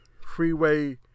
Freeway